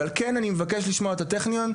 ועל כן אני מבקש לשמוע את הטכניון,